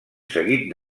seguit